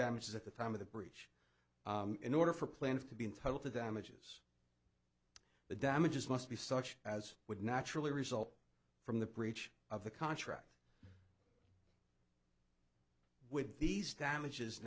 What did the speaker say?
damages at the time of the breach in order for plans to be entitled to damages the damages must be such as would naturally result from the breach of the contract with these damages